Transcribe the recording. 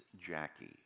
Jackie